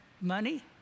money